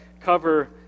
cover